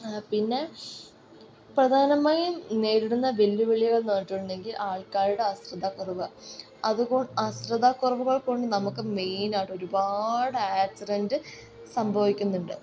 ആ പിന്നെ പ്രധാനമായും നേരിടുന്ന വെല്ലുവിളികൾ എന്ന് പറഞ്ഞിട്ടുണ്ടെങ്കിൽ ആൾക്കാരുടെ അശ്രദ്ധ കുറവ് അതുകൊണ്ട് അശ്രദ്ധ കുറവുകൾ കൊണ്ട് നമുക്ക് മെയിനായിട്ട് ഒരുപാട് ആക്സിഡന്റ് സംഭവിക്കുന്നുണ്ട്